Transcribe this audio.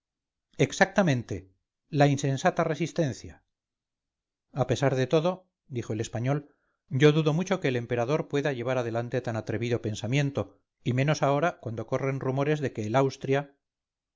exactamente la insensata resistencia a pesar de todo dijo el español yo dudo mucho que el emperador pueda llevar adelante tan atrevido pensamiento y menosahora cuando corren rumores de que el austria